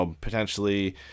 potentially